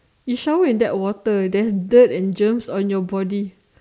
you shower in that water there's dirt and germs on your body